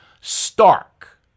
stark